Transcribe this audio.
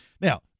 now